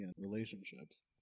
relationships